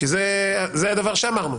כי זה הדבר שאמרנו,